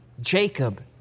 Jacob